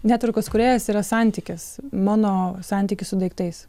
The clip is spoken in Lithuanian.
netvarkos kūrėjas yra santykis mano santykis su daiktais